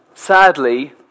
Sadly